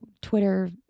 Twitter